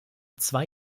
zwei